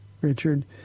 Richard